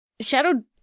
Shadow